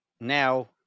now